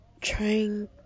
trying